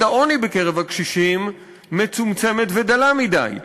העוני בקרב הקשישים מצומצמת ודלה מדי.